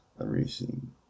erasing